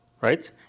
right